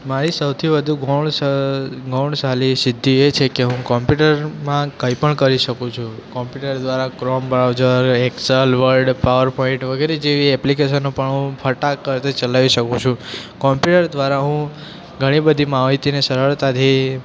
મારી સૌથી વધુ ગૌણ ગૌણશાલી સિધ્ધી એ છે કે હું કોમ્પ્યુટરમાં કંઈ પણ કરી શકું છું કોમ્પ્યુટર દ્વારા Chrome browser Excel Word PowerPoint વગેરે જેવી એપ્લિકેશનો પણ હું ફટાક કરતી ચલાવી શકું છું કોમ્પ્યુટર દ્વારા હું ઘણી બધી માહિતીને સરળતાથી